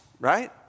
right